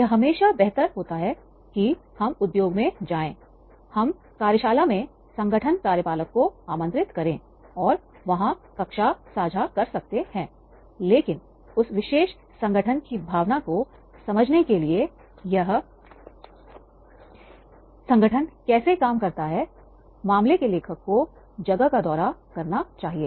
यह हमेशा बेहतर होता है कि हम उद्योग में जाएं हम कार्यशाला में संगठन कार्यपालक को आमंत्रित करें और वहां कक्षा साझा कर सकते हैं लेकिन उस विशेष संगठन की भावना को समझने के लिए यह समझने के लिए कि संगठन कैसे काम करता है मामले के लेखक को जगह का दौरा करना चाहिए